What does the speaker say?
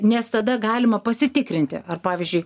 nes tada galima pasitikrinti ar pavyzdžiui